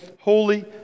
holy